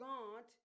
God